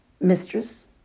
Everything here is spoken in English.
Mistress